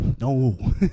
No